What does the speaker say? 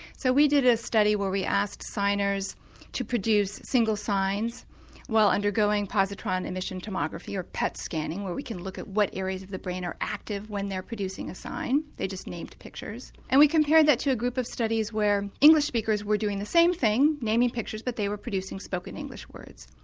so we did a study where we asked signers to produce single signs while undergoing undergoing positron emission tomography or pet scanning, where we can look at what areas of the brain are active when they are producing a sign, they just named pictures. and we compared that to a group of studies where english speakers were doing the same thing, naming pictures, but they were producing spoken english words.